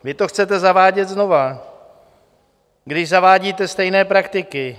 Vy to chcete zavádět znovu, když zavádíte stejné praktiky.